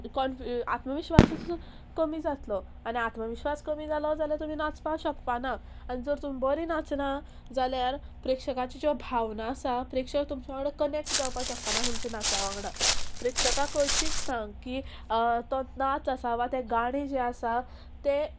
confuse आत्मविश्वासूच कमी जातलो आनी आत्मविश्वास कमी जालो जाल्यार तुमी नाचपाक शकपाना आनी जर तुमी बरी नाचना जाल्यार प्रेक्षकाची ज्यो भावना आसा प्रेक्षक तुमच्या वांगडा कनेक्ट जावपा शकपाना तुमचे नाचा वांगडा प्रेक्षकां करचीच ना की तो नाच आसा वा ते गाणी जे आसा ते